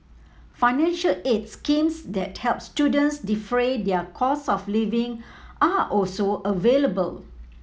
financial aid schemes that help students defray their costs of living are also available